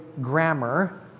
grammar